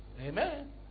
Amen